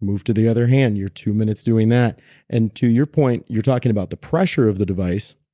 move to the other hand, your two minutes doing that and to your point, you're talking about the pressure of the device,